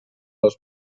les